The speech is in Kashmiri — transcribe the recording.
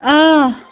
آ